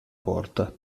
porta